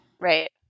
Right